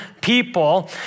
people